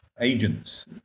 agents